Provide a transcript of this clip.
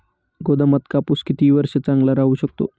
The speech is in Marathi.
गोदामात कापूस किती वर्ष चांगला राहू शकतो?